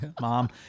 mom